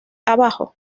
abajo